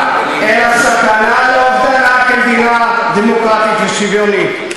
אלא סכנה לאובדנה כמדינה ולו רק כשוויונית.